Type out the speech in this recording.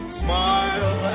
smile